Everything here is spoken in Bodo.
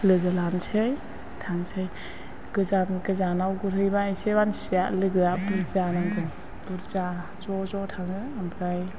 लोगो लानोसै थांसै गोजान गोजानाव गुरहैब्ला एसे मानसिया लोगोआ बुरजा नांगौ बुरजा ज'ज' थाङो ओमफ्राय